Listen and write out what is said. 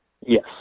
Yes